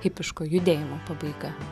hipiško judėjimo pabaiga